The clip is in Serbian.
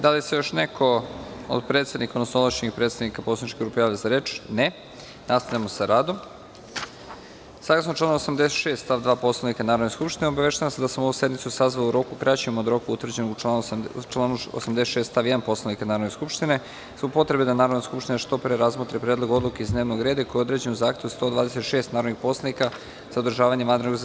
Da li se još neko od predsednika, odnosno ovlašćenih predstavnika poslaničke grupe javlja za reč? (Ne.) Nastavljamo sa radom saglasno članu 86. stav 2. Poslovnika Narodne skupštine, obaveštavam vas da sam ovu sednicu sazvao u roku kraćem od roka utvrđenog u članu 86. stav 1. Poslovnika Narodne skupštine, zbog potrebe da Narodna skupština što pre razmotri Predlog odluke iz dnevnog reda koji je određen u zahtevu 126 narodnih poslanika za održavanje vanrednog zasedanja.